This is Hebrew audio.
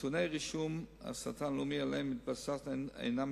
נתוני רישום הסרטן הלאומי שעליהם התבססנו אינם